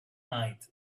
night